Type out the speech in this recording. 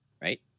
right